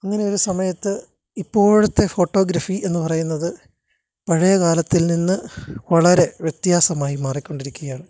ഇങ്ങനെയൊരു സമയത്ത് ഇപ്പോഴത്തെ ഫോട്ടോഗ്രഫി എന്നു പറയുന്നത് പഴയ കാലത്തില് നിന്ന് വളരെ വ്യത്യാസമായി മാറിക്കൊണ്ടിരിക്കുകയാണ്